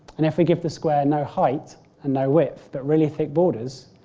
and if we give the square no height and no width but really think borders,